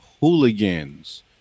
Hooligans